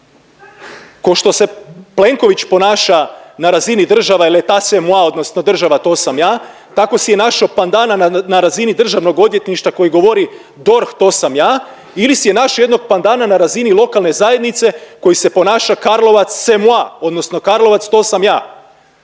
Ko' što se Plenković ponaša na razini država, jer se „Ĺétat c̕est moi, odnosno „država to sam ja“, tako si je našao pandana na razini Državnog odvjetništva koji govori DORH to sam ja ili si je našao jednog pandana na razini lokalne zajednice koji se ponaša Karlovac c̕est moi, odnosno „Karlovac to sam ja“.